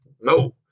No